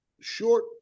short